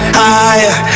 higher